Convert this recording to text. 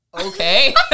okay